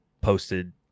posted